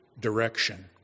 direction